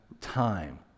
time